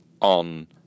on